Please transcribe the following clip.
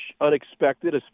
unexpected